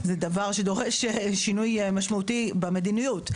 זה דבר שדורש שינוי משמעותי במדיניות.